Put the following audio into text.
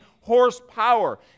horsepower